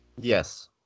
Yes